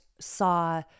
saw